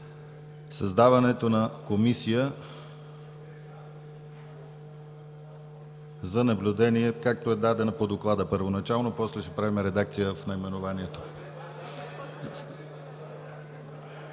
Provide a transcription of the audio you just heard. създаването на Комисия за наблюдение… както е дадена по доклада първоначално, после ще правим редакция в наименованието.